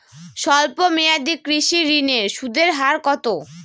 স্বল্প মেয়াদী কৃষি ঋণের সুদের হার কত?